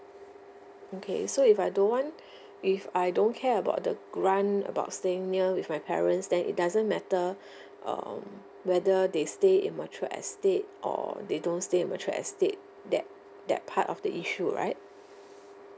okay so if I don't want if I don't care about the grant about staying near with my parents then it doesn't matter um whether they stay in matured estate or they don't stay in matured estate that that part of the issue right